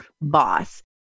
boss